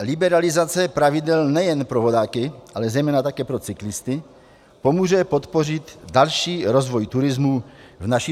Liberalizace pravidel nejen pro vodáky, ale zejména také pro cyklisty, pomůže podpořit další rozvoj turismu v naší zemi.